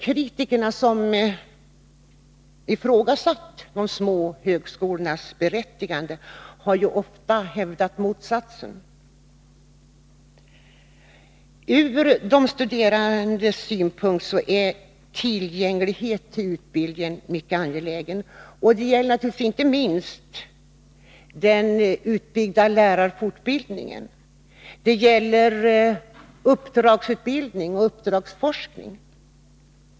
Kritikerna, som ifrågasatt de små högskolornas berättigande, har ju ofta hävdat motsatsen. Ur de studerandes synpunkt är tillgänglighet till utbildning mycket angelägen. Detta gäller naturligtvis inte minst den utbyggda lärarfortbildningen, och det gäller uppdragsutbildning och uppdragsforskning.